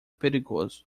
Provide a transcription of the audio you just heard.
perigoso